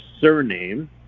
surname